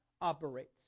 operates